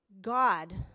God